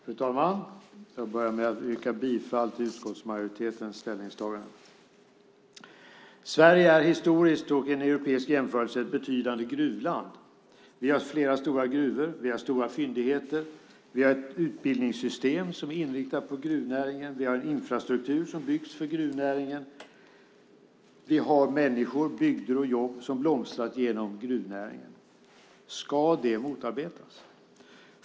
Fru talman! Jag vill börja med att yrka bifall till utskottsmajoritetens ställningstagande. Sverige är historiskt och i en europeisk jämförelse ett betydande gruvland. Vi har flera stora gruvor, vi har stora fyndigheter, vi har ett utbildningssystem som är inriktat på gruvnäringen, vi har en infrastruktur som byggts för gruvnäringen och vi har människor, bygder och jobb som blomstrat genom gruvnäringen. Ska det motarbetas?